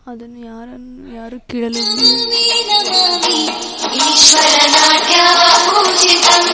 ಅದನ್ನು ಯಾರನ್ನು ಯಾರು ಕೇಳಿದ್ವಿ